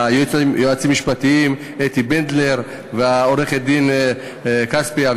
והיועצות המשפטיות אתי בנדלר ואביגל כספי,